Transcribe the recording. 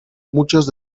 muchas